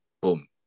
Boom